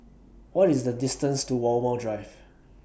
What IS The distance to Walmer Drive